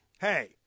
hey